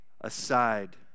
aside